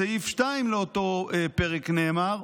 בסעיף 2 לאותו פרק, נאמר: